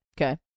Okay